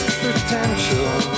potential